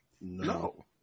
no